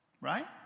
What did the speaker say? right